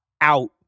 out